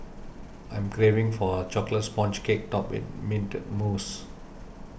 I'm craving for a Chocolate Sponge Cake Topped with Mint Mousse